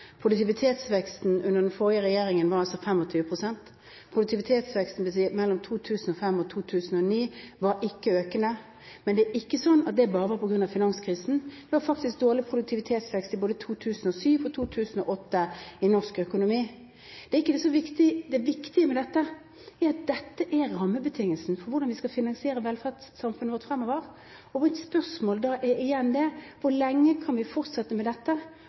Produktivitetsveksten under den forrige regjeringen var 25 pst. Produktivitetsveksten mellom 2005 og 2009 var ikke økende, men det var ikke bare på grunn av finanskrisen. Det var faktisk dårlig produktivitetsvekst både i 2007 og i 2008 i norsk økonomi. Det er ikke så viktig – det viktige med dette er at dette er rammebetingelsen for hvordan vi skal finansiere velferdssamfunnet vårt fremover. Mitt spørsmål er igjen: Hvor lenge kan vi fortsette med dette?